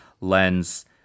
lens